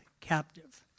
captive